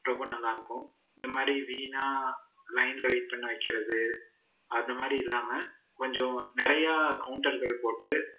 ரொம்ப நல்லாயிருக்கும் இந்த மாதிரி வீணாக லைனில் வெயிட் பண்ண வைக்கிறது அந்த மாதிரி இல்லாமல் கொஞ்சம் நிறையா கவுண்டர்கள் போட்டு